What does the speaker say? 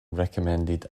recommended